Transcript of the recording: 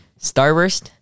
Starburst